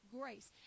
grace